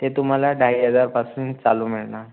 ते तुम्हाला ढाई हजारपासून चालू मिळणार